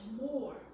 more